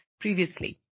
previously